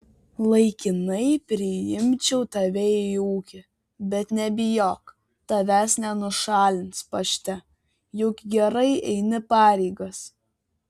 laikinai priimčiau tave į ūkį bet nebijok tavęs nenušalins pašte juk gerai eini pareigas